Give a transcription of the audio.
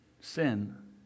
sin